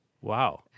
Wow